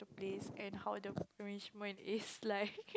to place and how the arrangement is like